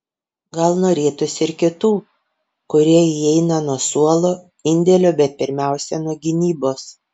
gal norėtųsi ir kitų kurie įeina nuo suolo indėlio bet pirmiausia nuo gynybos